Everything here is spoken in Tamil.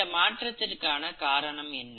இந்த மாற்றத்திற்கான காரணம் என்ன